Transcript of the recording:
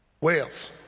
Wales